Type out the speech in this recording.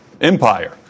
empire